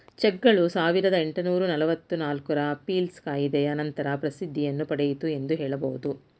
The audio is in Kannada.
ಚೆಕ್ಗಳು ಸಾವಿರದ ಎಂಟುನೂರು ನಲವತ್ತು ನಾಲ್ಕು ರ ಪೀಲ್ಸ್ ಕಾಯಿದೆಯ ನಂತರ ಪ್ರಸಿದ್ಧಿಯನ್ನು ಪಡೆಯಿತು ಎಂದು ಹೇಳಬಹುದು